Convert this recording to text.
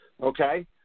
okay